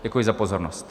Děkuji za pozornost.